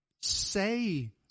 say